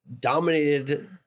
dominated